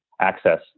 access